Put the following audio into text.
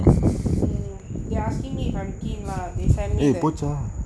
mm they asking me if I am keen lah they send me that